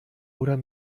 oder